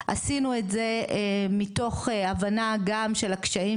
עשינו את זה מתוך הבנה גם של הקשיים